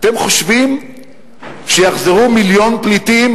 אתם חושבים שיחזרו מיליון פליטים,